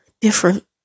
different